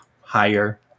higher